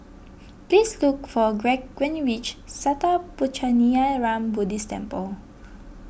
please look for Gregg when you reach Sattha Puchaniyaram Buddhist Temple